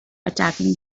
attacking